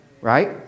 Right